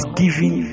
giving